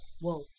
whoa